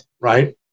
Right